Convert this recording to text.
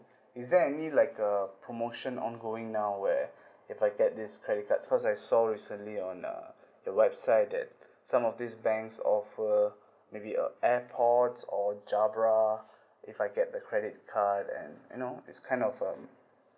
is there any like a promotion ongoing now where if I get this credit cards because I saw recently on uh the website that some of these banks offer maybe uh airpods or jabra if I get the credit card and you know this kind of um